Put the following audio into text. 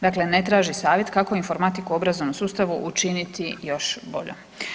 Dakle ne traži savjet kako informatiku u obrazovnom sustavu učiniti još boljom.